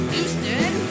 Houston